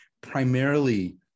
primarily